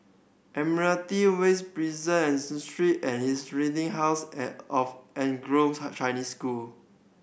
Admiralty West Prison Street and Historic House and of Anglo Chinese School